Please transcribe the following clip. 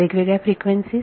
वेगवेगळ्या फ्रिक्वेन्सीज